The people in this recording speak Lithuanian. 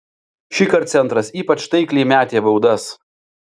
šįkart centras ypač taikliai metė baudas